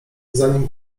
zanim